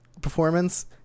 Performance